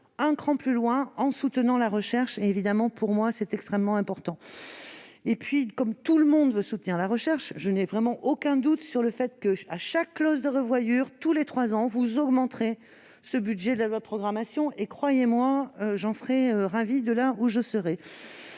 un cran plus loin, en soutenant la recherche. C'est extrêmement important à mes yeux. Comme tout le monde veut soutenir la recherche, je n'ai vraiment aucun doute sur le fait que, à chaque clause de revoyure, tous les trois ans, vous augmenterez ce budget de la loi de programmation ... Croyez-moi, j'en serai ravie, où que je sois